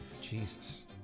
Jesus